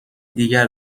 دیگر